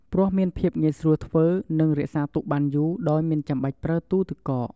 ព្រោះមានភាពងាយស្រួលធ្វើនិងរក្សាទុកបានយូរដោយមិនចាំបាច់ប្រើទូទឹកកក។